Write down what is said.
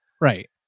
Right